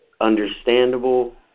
understandable